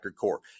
core